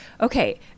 okay